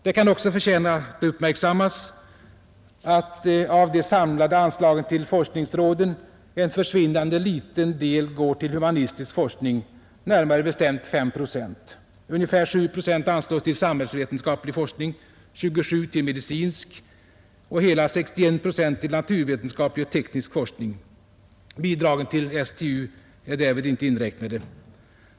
Det kan också förtjäna att uppmärksammas att av de samlade anslagen till forskningsråden en försvinnande liten del går till humanistisk forskning, närmare bestämt ca 5 procent. Ungefär 7 procent anslås till samhällsvetenskaplig forskning, 27 procent till medicinsk och hela 61 procent till naturvetenskaplig och teknisk forskning. Bidragen till STU är därvid inte inräknade.